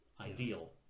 ideal